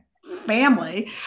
family